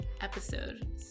episode